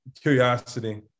curiosity